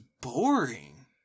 boring